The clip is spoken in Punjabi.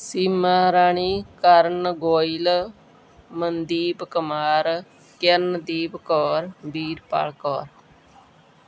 ਸੀਮਾ ਰਾਣੀ ਕਰਨ ਗੋਇਲ ਮਨਦੀਪ ਕਮਾਰ ਕਿਰਨਦੀਪ ਕੌਰ ਵੀਰਪਾਲ ਕੌਰ